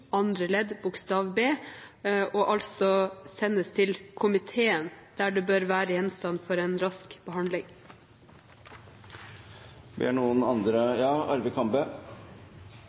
andre ledd bokstav b og sendes til komiteen, der det bør være gjenstand for en rask behandling. Ber flere om ordet? – Arve Kambe.